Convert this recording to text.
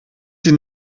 sie